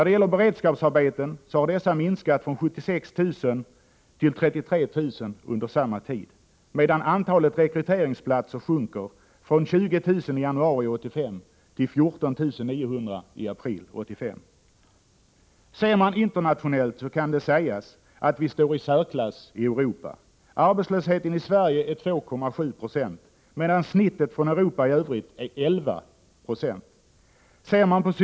Då det gäller beredskapsarbeten, så har dessa minskat från 76 000 till 33 000 under samma tid, medan antalet rekryteringsplatser sjunker; från 20 000 i januari 1985 till 14 900 i april 1985. Internationellt sett kan det sägas att vi står i särklass i Europa. Arbetslösheten i Sverige är 2,7 90 medan snittet för Europa i övrigt är 1196.